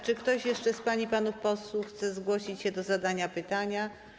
Czy ktoś jeszcze z pań i panów posłów chce zgłosić się do zadania pytania?